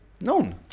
Known